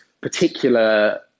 particular